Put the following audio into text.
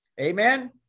Amen